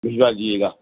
بھجوا دیجیے گا